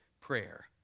prayer